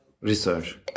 research